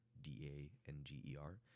D-A-N-G-E-R